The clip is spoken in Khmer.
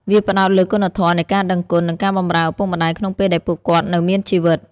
វាផ្តោតលើគុណធម៌នៃការដឹងគុណ និងការបម្រើឪពុកម្តាយក្នុងពេលដែលពួកគាត់នៅមានជីវិត។